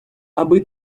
аби